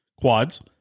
quads